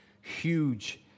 huge